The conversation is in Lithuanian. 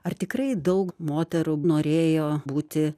ar tikrai daug moterų norėjo būti